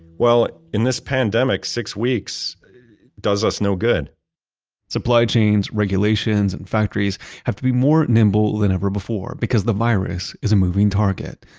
well, in this pandemic, six weeks does us no good so chains, regulations, and factories have to be more nimble than ever before because the virus is a moving target.